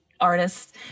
artists